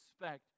respect